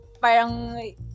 Parang